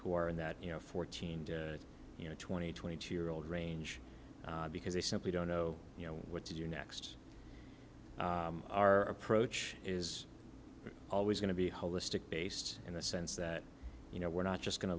who are in that you know fourteen you know twenty twenty two year old range because they simply don't know what to do next our approach is always going to be holistic based in the sense that you know we're not just going to